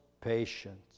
patience